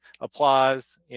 applause